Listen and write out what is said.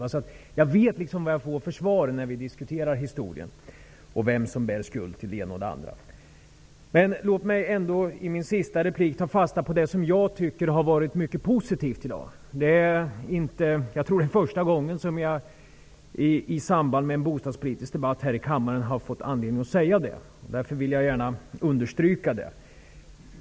Jag vet alltså vilket svar jag får när vi diskuterar historien om vem som bär skulden för det ena och det andra. Låt mig i min sista replik ta fasta på det som jag tycker har varit mycket positivt i dag. Jag tror att det är första gången som jag i samband med en bostadspolitisk debatt här i kammaren har anledning att säga det, och därför vill jag gärna understryka det.